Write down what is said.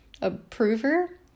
approver